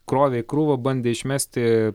krovė į krūvą bandė išmesti